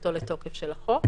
כניסתו לתוקף של החוק,